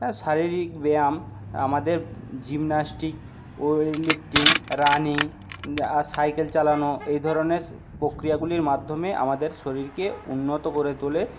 না শারীরিক ব্যায়াম আমাদের gymnastic weight lifting running cycle চালানো এই ধরনে প্রক্রিয়াগুলির মাধ্যমে আমাদের শরীরকে উন্নত করে তোলে